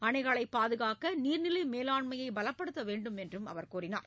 அணைகளைப் பாதுகாக்க நீர்நிலை மேலாண்மையை பலப்படுத்த வேண்டுமென்றும் அவர் கூறினார்